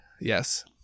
Yes